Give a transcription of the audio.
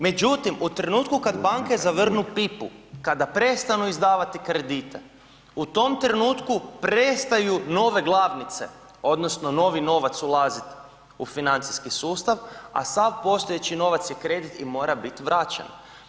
Međutim, u trenutku kada banke zavrnu pipu, kada prestanu izdavati kredite u tom trenutku prestaju nove glavnice odnosno novi novac ulazit u financijski sustav, a sav postojeći novac i kredit mora biti vraćen.